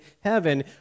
heaven